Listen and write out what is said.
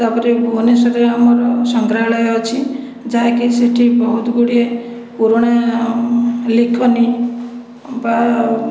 ତା'ପରେ ଭୁବନେଶ୍ୱରରେ ଆମର ସଂଗ୍ରହାଳୟ ଅଛି ଯାହାକି ସେଠି ବହୁତ ଗୁଡ଼ିଏ ପୁରୁଣା ଲିଖନି ବା